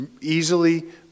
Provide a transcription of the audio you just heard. easily